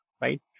right